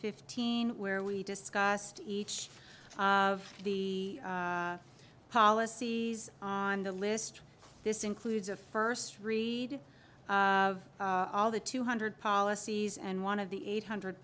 fifteen where we discussed each of the policies on the list this includes a first read of all the two hundred policies and one of the eight hundred